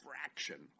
fraction